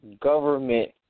government